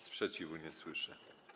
Sprzeciwu nie słyszę.